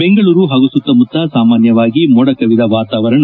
ಬೆಂಗಳೂರು ಹಾಗೂ ಸುತ್ತಮುತ್ತ ಸಾಮಾನ್ಯವಾಗಿ ಮೋಡಕವಿದ ವಾತಾವರಣ